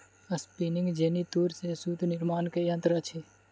spinning jenny तूर से सूत निर्माण के यंत्र अछि